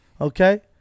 Okay